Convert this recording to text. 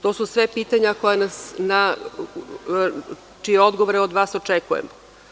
To su sve pitanja čije odgovore od vas očekujemo.